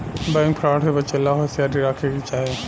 bank fraud से बचे ला होसियारी राखे के चाही